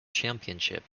championship